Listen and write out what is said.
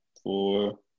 Four